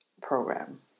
program